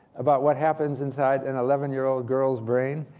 about what happens inside an eleven year old girl's brain?